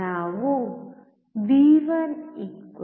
ನಾವು V1 0